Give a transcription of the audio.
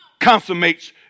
consummates